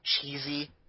cheesy